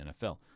NFL